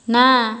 ନା